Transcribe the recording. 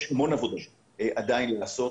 יש המון עבודה עדיין לעשות,